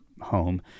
home